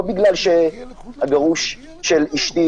לא בגלל שהגרוש של אשתי